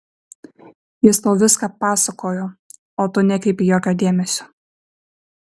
jis tau viską pasakojo o tu nekreipei jokio dėmesio